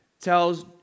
tells